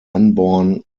unborn